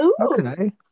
Okay